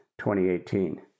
2018